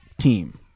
team